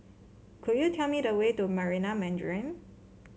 could you tell me the way to Marina Mandarin